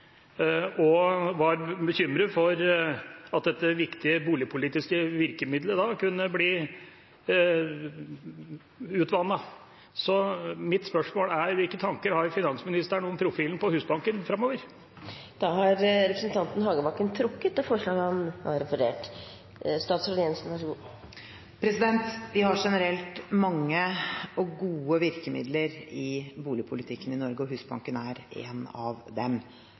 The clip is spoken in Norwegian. og var bekymret for at dette viktige boligpolitiske virkemiddelet kunne bli utvannet. Mitt spørsmål er: Hvilke tanker har finansministeren om profilen på Husbanken framover? Representanten Tore Hagebakken har da trukket det forslaget han refererte til. Vi har generelt mange og gode virkemidler i boligpolitikken i Norge, og Husbanken er ett av dem.